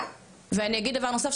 ואני אגיד דבר נוסף,